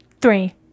Three